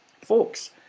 Folks